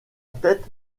tête